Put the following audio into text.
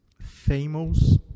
famous